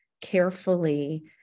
carefully